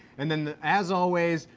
and then as always,